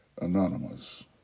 anonymous